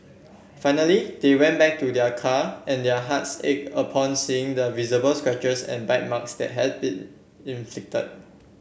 finally they went back to their car and their hearts ach upon seeing the visible scratches and bite marks that had been inflicted